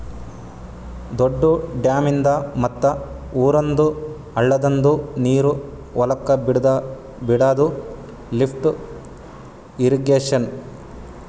ದೊಡ್ದು ಡ್ಯಾಮಿಂದ್ ಮತ್ತ್ ಊರಂದ್ ಹಳ್ಳದಂದು ನೀರ್ ಹೊಲಕ್ ಬಿಡಾದು ಲಿಫ್ಟ್ ಇರ್ರೀಗೇಷನ್